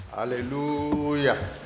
Hallelujah